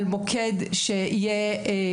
על מוקד פניות,